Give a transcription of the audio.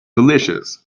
delicious